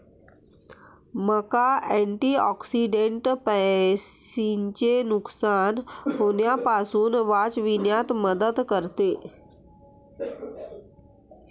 मका अँटिऑक्सिडेंट पेशींचे नुकसान होण्यापासून वाचविण्यात मदत करते